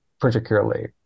particularly